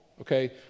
okay